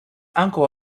uncle